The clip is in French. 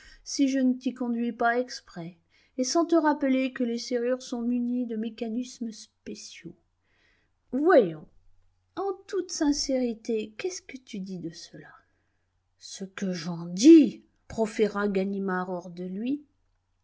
si je ne t'y conduis pas exprès et sans te rappeler que les serrures sont munies de mécanismes spéciaux voyons en toute sincérité qu'est-ce que tu dis de cela ce que j'en dis proféra ganimard hors de lui